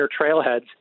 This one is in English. trailheads